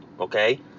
okay